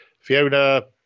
Fiona